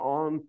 on